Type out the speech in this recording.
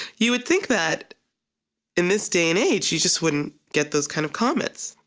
you would think that in this day and age you just wouldn't get those kind of comments.